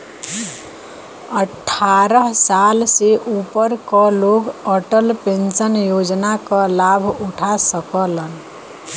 अट्ठारह साल से ऊपर क लोग अटल पेंशन योजना क लाभ उठा सकलन